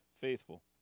faithful